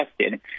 tested